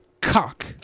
Cock